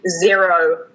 zero